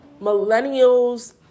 millennials